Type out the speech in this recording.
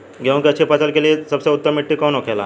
गेहूँ की अच्छी फसल के लिए सबसे उत्तम मिट्टी कौन होखे ला?